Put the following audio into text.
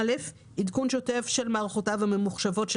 עדכון שוטף של מערכותיו הממוחשבות של